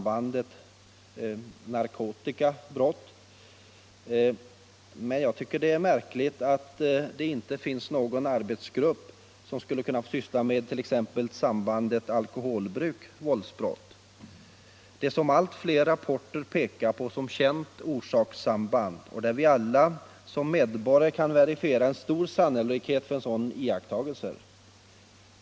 bandet narkotika-brott. Men jag tycker det är märkligt att det inte finns någon arbetsgrupp som skulle kunna få syssla med sambandet alkoholbruk-våldsbrott. Allt fler rapporter pekar på detta som ett känt orsakssamband, och vi kan alla som medborgare verifiera en stor sannolikhet för sådana iakttagelser.